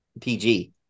PG